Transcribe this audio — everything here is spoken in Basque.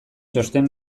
txosten